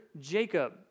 Jacob